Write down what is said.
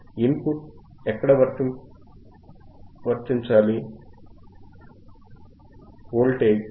input ఎక్కడ వర్తించాలి voltage